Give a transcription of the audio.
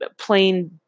plain